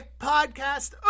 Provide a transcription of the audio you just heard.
podcast